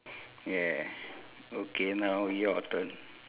yeah okay now your turn